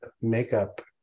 makeup